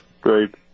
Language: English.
Great